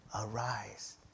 Arise